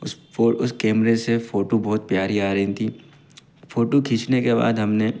उस उस कैमरे से फोटू बहुत प्यारी आ रही थीं फोटू खींचने के बाद हमने